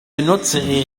benutze